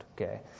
Okay